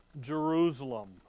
Jerusalem